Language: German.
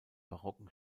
barocken